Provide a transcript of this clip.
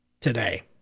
today